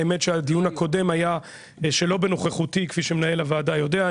האמת שהדיון הקודם היה שלא בנוכחותי כפי שמנהל הוועדה יודע,